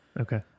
okay